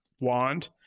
wand